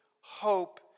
hope